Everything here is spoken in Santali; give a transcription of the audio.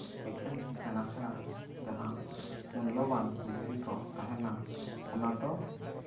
ᱮᱠᱷᱮᱱ ᱥᱮᱬᱟ ᱥᱮᱬᱟ ᱡᱟᱦᱟᱸ ᱢᱩᱞᱞᱚᱵᱟᱱ ᱫᱷᱤᱨᱤ ᱠᱚ ᱛᱟᱦᱮᱱᱟ ᱚᱱᱟ ᱫᱚ